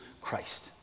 Christ